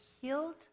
healed